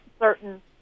certain